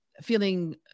feeling